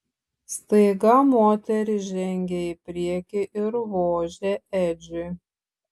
staiga moteris žengė į priekį ir vožė edžiui